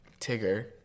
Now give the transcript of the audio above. Tigger